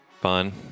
fun